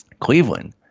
Cleveland